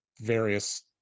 various